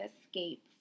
escape